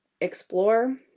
explore